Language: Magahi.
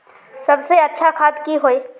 सबसे अच्छा खाद की होय?